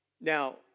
Now